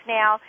now